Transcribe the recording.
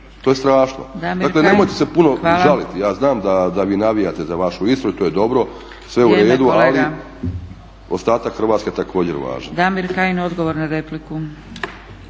To je strašno! Dakle, nemojte se puno žaliti. Ja znam da vi navijate za vašu Istru i to je dobro, sve u redu. …/Upadica Zgrebec: Vrijeme kolega./…